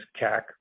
CAC